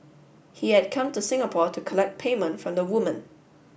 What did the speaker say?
he had come to Singapore to collect payment from the woman